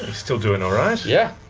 still doing all right. yeah.